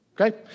okay